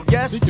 Yes